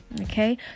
Okay